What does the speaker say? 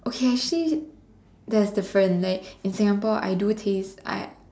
okay actually there's different like in Singapore I do taste I